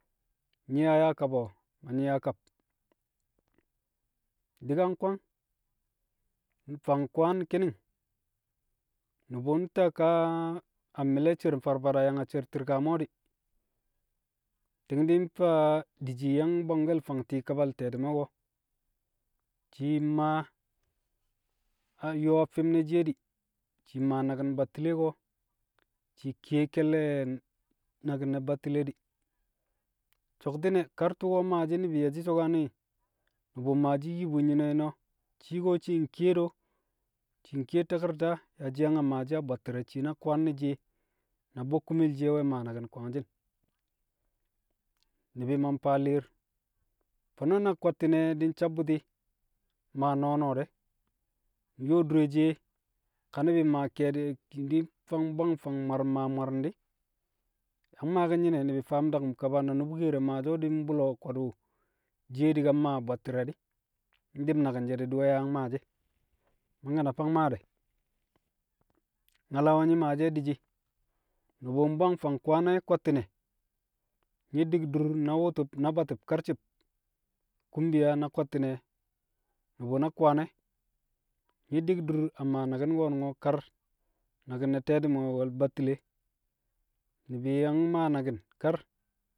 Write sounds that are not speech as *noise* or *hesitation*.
Nyi̱ yaa yaa kab o̱? a nyi̱ yaa kab. Di̱ ka nkwang fang kwaan ki̱ni̱n, nu̱bu̱ nta ka- a mi̱le̱ sher farfada yang a sher ti̱rkamo̱ di̱, ti̱ng di̱ mfaa di̱ shii yang bwangke̱l fang ti̱i̱ kabal te̱ti̱mẹ ko̱. Shii maa yo̱o̱ fṵm ne̱ shiye di̱, shii maa naki̱n battile ko̱, shii kiye ke̱lle̱ naki̱n ne̱ battile di̱, so̱ti̱kne̱ kar tṵko̱ maashi̱ ni̱bi̱ ye̱shi̱ so̱kane̱ nu̱bu̱ maashi̱ nyi bu nyi̱ne̱ nyi̱ne̱ o̱, shii ko̱ shii ke̱e̱di̱ o̱, shii kiye ntaki̱rta yaa shii yang maa shi̱ a bwatti̱re̱ shii na kwaan ne̱ shiye, na bokkumel shiye we̱ maa naki̱n kwangshi̱n di̱, ni̱bi̱ ma mfaa li̱i̱r. Fo̱no̱ na kwatti̱ne̱ di̱ nsabbu̱ti̱ maa no̱o̱de̱ yo̱o̱ dure shiye ka nu̱bi̱ ke̱e̱di̱ *hesitation* mfang mbwang fang mwari̱n di̱, maa mmwari̱n di̱, yang maaki̱n nyi̱ne̱ ni̱bi̱ faam daku̱m kaba na nu̱bu̱ kere maashi̱ e̱ di̱ mbu̱o̱ ko̱dṵl shiye di̱ ka maa a bwatti̱rẹ di̱, ndi̱b naki̱n she̱ di̱ we̱ yang e̱shi̱ ẹ? Mangke̱ na fang made. Nyala wu̱ nyi̱ maashi̱ e̱ dishi, nu̱bu̱ mbwang fang kwaan e̱ kwatti̱ne̱ nyi̱ di̱k dur na wu̱tu̱b na batu̱b karci̱b, kumbiya na kwatti̱ne̱ nu̱bu̱ na kwaan e̱. Nyi̱ di̱k dur a maa naki̱n ko̱nu̱ngo̱ kar. Naki̱n ne̱ te̱ti̱me̱ o̱, wo̱l battile. Ni̱bi̱ yang maa naki̱n kar.